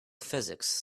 physics